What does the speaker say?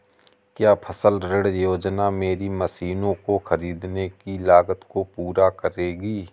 क्या फसल ऋण योजना मेरी मशीनों को ख़रीदने की लागत को पूरा करेगी?